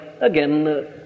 again